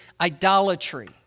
idolatry